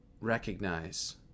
recognize